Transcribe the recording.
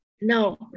No